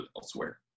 elsewhere